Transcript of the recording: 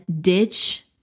ditch